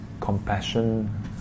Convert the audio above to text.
compassion